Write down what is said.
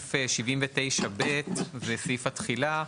סעיף 79ב, זה סעיף התחילה.